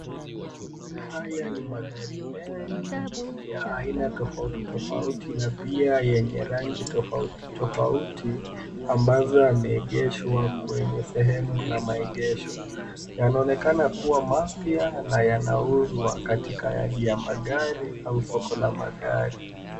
Haya ni magari mengi ya aina tofauti tofauti na pia yenye rangi tofauti tofauti ambazo yameegeshwa kwenye sehemu la maegesho. Yanaonekana kuwa mapya na yanauzwa katika yard ya magari au soko la magari.